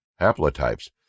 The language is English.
haplotypes